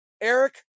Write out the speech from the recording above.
Eric